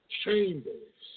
chambers